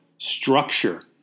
structure